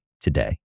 today